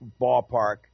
ballpark